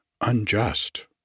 unjust